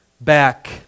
back